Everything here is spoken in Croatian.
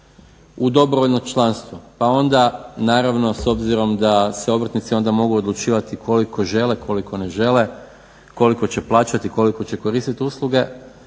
u dobrovoljno članstvo pa onda naravno s obzirom da se obrtnici onda mogu odlučivati koliko žele, koliko ne žele, koliko će plaćati, koliko će koristiti usluge